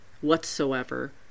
whatsoever